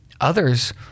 Others